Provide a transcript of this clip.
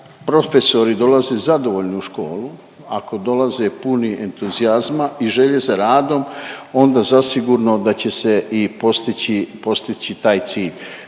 profesori dolaze zadovoljni u školu, ako dolaze puni entuzijazma i želje za radom onda zasigurno da će se i postići, postići